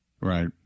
Right